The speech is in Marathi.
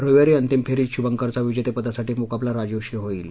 रविवारी अंतिम फेरीत शुभंकरचा विजेतेपदासाठी मुकाबला राजीवशी होईल